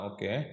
Okay